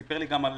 סיפר לי גם על